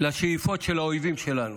לשאיפות של האויבים שלנו.